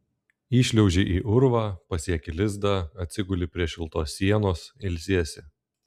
įšliauži į urvą pasieki lizdą atsiguli prie šiltos sienos ilsiesi